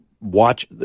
watch